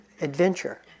adventure